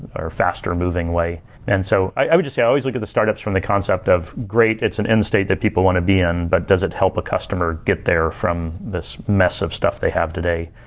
or faster-moving way and so i would just say, i always look at the startups from the concept of great, it's an end state that people want to be in, but does it help with ah customer get there from this mess of stuff they have today?